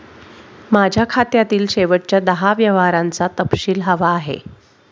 माझ्या खात्यातील शेवटच्या दहा व्यवहारांचा तपशील हवा आहे